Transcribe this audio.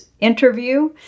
interview